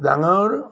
ডাঙৰ